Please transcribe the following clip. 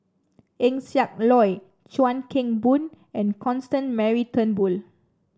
Eng Siak Loy Chuan Keng Boon and Constance Mary Turnbull